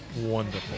wonderful